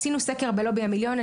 עשינו סקר בלובי המיליון.